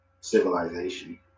civilization